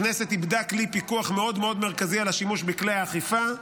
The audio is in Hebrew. הכנסת איבדה כלי פיקוח מאוד מאוד מרכזי על השימוש בכלי האכיפה,